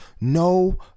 no